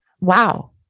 wow